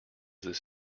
this